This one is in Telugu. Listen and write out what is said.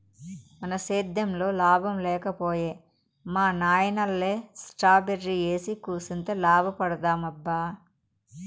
మన సేద్దెంలో లాభం లేక పోయే మా నాయనల్లె స్ట్రాబెర్రీ ఏసి కూసింత లాభపడదామబ్బా